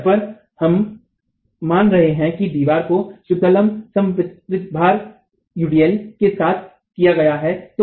इस स्तर पर हम मान रहे हैं कि दीवार को शुद्धालम्ब समवितरित भार के साथ किया गया है